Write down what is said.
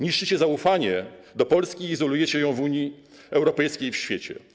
Niszczycie zaufanie do Polski i izolujecie ją w Unii Europejskiej i w świecie.